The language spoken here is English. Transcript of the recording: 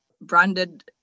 branded